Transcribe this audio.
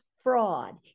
fraud